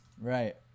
Right